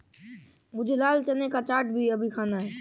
मुझे लाल चने का चाट अभी खाना है